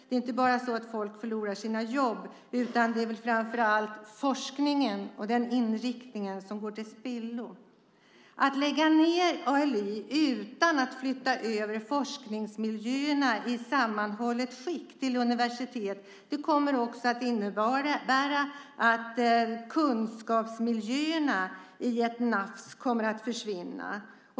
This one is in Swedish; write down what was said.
Det är inte bara så att folk förlorar sina jobb, utan det är framför allt forskningen och den inriktningen som går till spillo. Att lägga ned ALI utan att flytta över forskningsmiljöerna i sammanhållet skick till universitet kommer att innebära att kunskapsmiljöerna försvinner i ett nafs.